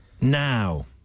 now